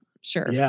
Sure